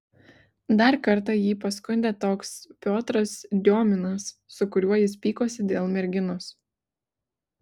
dar kartą jį paskundė toks piotras diominas su kuriuo jis pykosi dėl merginos